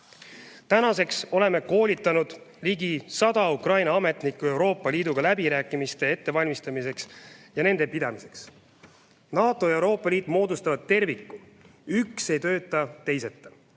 Tänaseks oleme koolitanud ligi 100 Ukraina ametnikku Euroopa Liiduga läbirääkimiste ettevalmistamiseks ja nende pidamiseks. NATO ja Euroopa Liit moodustavad terviku, üks ei tööta teiseta.